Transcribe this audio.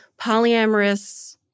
polyamorous